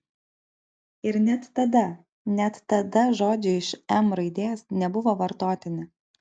ir net tada net tada žodžiai iš m raidės nebuvo vartotini